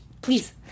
please